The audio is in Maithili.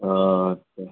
अच्छे